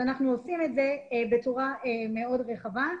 אנחנו עושים את זה בצורה מאוד רחבה.